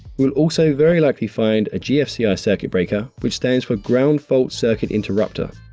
we'll also very likely find a gfci ah circuit breaker which stands for ground fault circuit interrupter.